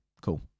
cool